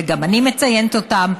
וגם אני מציינת אותם,